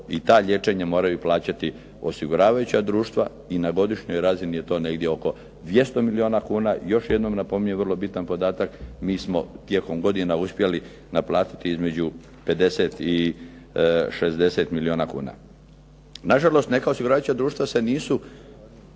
i ta liječenja moraju plaćati osiguravajuća društva i na godišnjoj razini je to negdje oko 200 milijuna kuna. I još jednom napominjem vrlo bitan podatak, mi smo tijekom godina uspjeli naplatiti između 50 i 60 milijuna kuna. Nažalost, neka osiguravajuća društva se nisu,